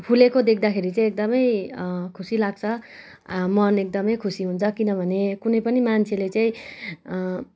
फुलेको देख्दाखेरि चाहिँ एकदमै खुसी लाग्छ मन एकदमै खुसी हुन्छ किनभने कुनै पनि मान्छेले चाहिँ